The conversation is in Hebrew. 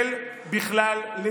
שקשור לאחד המעשים שלך,